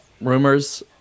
rumors